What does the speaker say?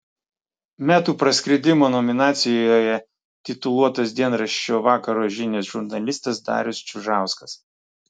metų praskridimo nominacijoje tituluotas dienraščio vakaro žinios žurnalistas darius čiužauskas